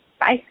Bye